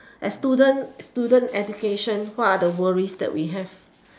as student student education what are the worries that we have